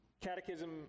catechism